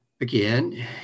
Again